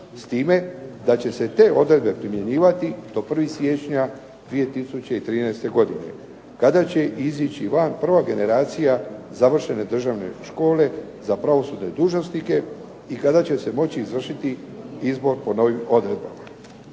s time da će se te odredbe primjenjivati do 1. siječnja 2013. godine kada će izići van prva generacija završene Državne škole za pravosudne dužnosnike i kada će se moći izvršiti izbor o novim odredbama.